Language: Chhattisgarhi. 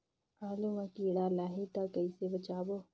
आलू मां कीड़ा लाही ता कइसे बचाबो?